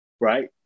right